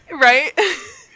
Right